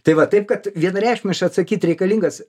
tai vat taip kad vienareikšmiškai atsakyt reikalingas